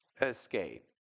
escape